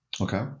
Okay